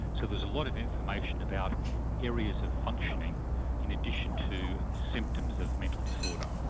so there's a lot of information about areas of functioning in addition to symptoms of mental disorder.